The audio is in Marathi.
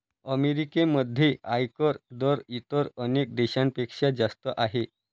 अमेरिकेमध्ये आयकर दर इतर अनेक देशांपेक्षा जास्त आहे